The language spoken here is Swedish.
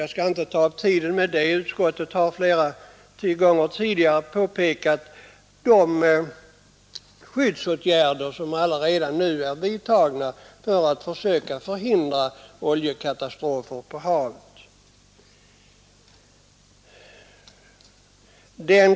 Jag skall inte ta upp tiden här med det; utskottet har flera gånger tidigare påpekat vilka skyddsåtgärder som redan nu har vidtagits för att försöka förhindra oljekatastrofer på havet.